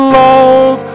love